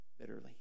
bitterly